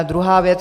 Druhá věc.